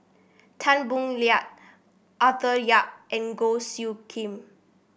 Tan Boo Liat Arthur Yap and Goh Soo Khim